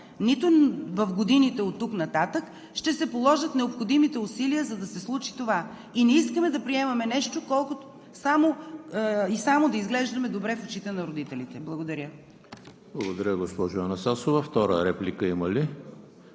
нито в годините оттук нататък ще се положат необходимите усилия, за да се случи това и не искаме да приемаме нещо само и само да изглеждаме добре в очите на родителите. Благодаря. ПРЕДСЕДАТЕЛ ЕМИЛ ХРИСТОВ: Благодаря, госпожо Анастасова. Втора реплика има ли?